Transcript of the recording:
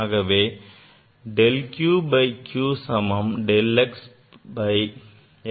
ஆகவே del q by q சமம் del x by x minus del y by y